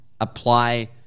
apply